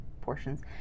portions